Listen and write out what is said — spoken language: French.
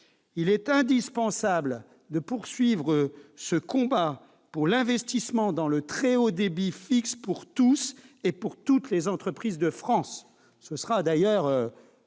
Il est indispensable de poursuivre ce combat pour l'investissement dans le très haut débit fixe pour tous et pour toutes les entreprises de France.